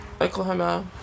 Oklahoma